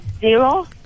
zero